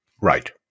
right